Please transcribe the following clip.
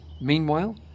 Meanwhile